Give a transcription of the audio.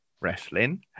wrestling